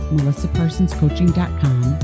MelissaParsonsCoaching.com